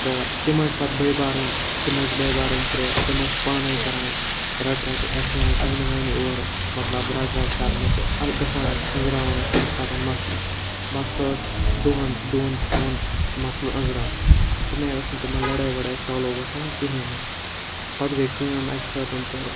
تہٕ تِم ٲسۍ پَتہٕ بٔے بارٕنۍ تِم ٲسۍ بٔے بارٕنۍ ترٛےٚ تِم ٲسۍ پانَے کَران رَٹہٕ رَٹہٕ ٲسۍ یِوان زَنہِ وَنہِ اورٕمطلب رَٹہٕ رَٹہٕ کَرنہِ تہٕ اَدٕ گژھان اوس أنٛزراوان ٲسۍ تمہِ ساتَن مسلہٕ بس سُہ اوس دۄہَن دۄن ژۄن مسلہٕ أنٛزران تمہِ آے اوس نہٕ تِمَن لَڑٲے وَڑٲے سالوٗ گژھان کِہیٖنۍ نہٕ پَتہٕ گٔے کٲم اَکہِ ساتَن تہٕ